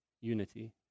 unity